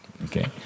Okay